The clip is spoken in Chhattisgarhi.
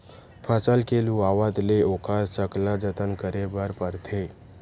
फसल के लुवावत ले ओखर सकला जतन करे बर परथे